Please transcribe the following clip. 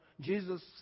Jesus